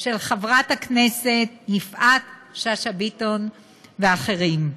של חברת הכנסת יפעת שאשא ביטון ואחרים.